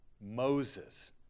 Moses